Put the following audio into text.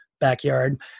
backyard